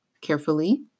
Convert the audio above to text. Carefully